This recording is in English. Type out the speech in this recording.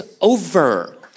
over